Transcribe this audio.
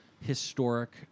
historic